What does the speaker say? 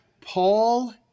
Paul